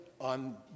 on